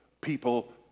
people